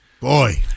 Boy